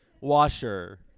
washer